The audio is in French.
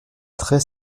traits